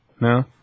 No